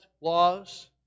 laws